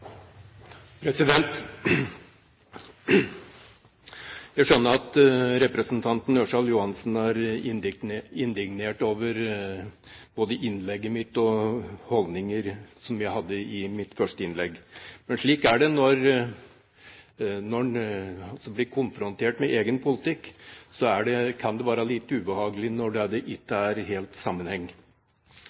indignert både over innlegget mitt og holdningene jeg ga uttykk for i mitt innlegg. Slik er det når en blir konfrontert med egen politikk, det kan være litt ubehagelig når det ikke er helt sammenheng,